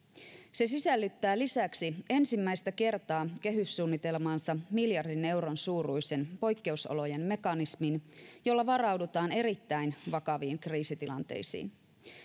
se sisällyttää lisäksi ensimmäistä kertaa kehyssuunnitelmaansa miljardin euron suuruisen poikkeusolojen mekanismin jolla varaudutaan erittäin vakaviin kriisitilanteisiin